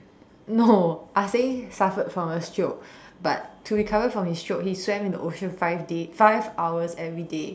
no ah Seng suffered from a stroke but to recover from his stroke he swam in the ocean five days five hours everyday